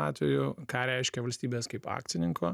atveju ką reiškia valstybės kaip akcininko